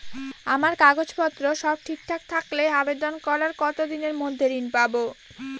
আমার কাগজ পত্র সব ঠিকঠাক থাকলে আবেদন করার কতদিনের মধ্যে ঋণ পাব?